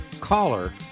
caller